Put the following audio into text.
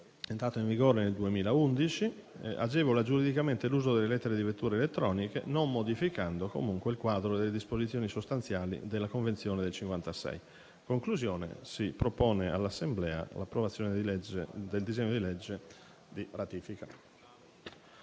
entrato in vigore nel 2011, agevola giuridicamente l'uso delle lettere di vettura elettroniche, non modificando comunque il quadro delle disposizioni sostanziali della convenzione del 1956. In conclusione, signor Presidente, si propone all'Assemblea l'approvazione del disegno di legge di ratifica.